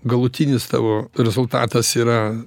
galutinis tavo rezultatas yra